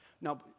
Now